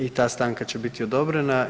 I ta stanka će biti odobrena.